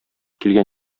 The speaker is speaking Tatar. килгән